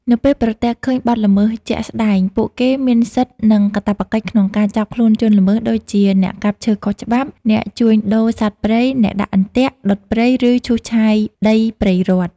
នៅពេលប្រទះឃើញបទល្មើសជាក់ស្តែង ពួកគេមានសិទ្ធិ និងកាតព្វកិច្ចក្នុងការចាប់ខ្លួនជនល្មើសដូចជា អ្នកកាប់ឈើខុសច្បាប់ អ្នកជួញដូរសត្វព្រៃ អ្នកដាក់អន្ទាក់ ដុតព្រៃ ឬឈូសឆាយដីព្រៃរដ្ឋ។